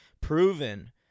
proven